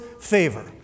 favor